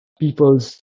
people's